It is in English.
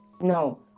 No